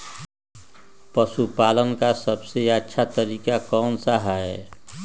पशु पालन का सबसे अच्छा तरीका कौन सा हैँ?